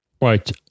Right